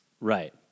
Right